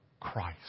Christ